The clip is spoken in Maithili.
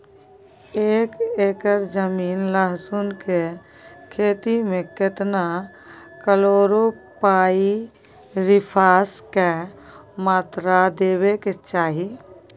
एक एकर जमीन लहसुन के खेती मे केतना कलोरोपाईरिफास के मात्रा देबै के चाही?